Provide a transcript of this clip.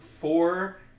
four